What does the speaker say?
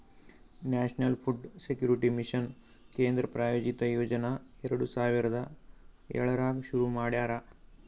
national food security mission ಕೇಂದ್ರ ಪ್ರಾಯೋಜಿತ ಯೋಜನಾ ಎರಡು ಸಾವಿರದ ಏಳರಾಗ್ ಶುರು ಮಾಡ್ಯಾರ